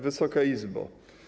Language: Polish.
Wysoka Izbo!